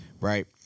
right